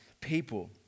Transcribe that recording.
people